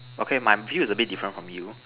okay my view is a bit different from you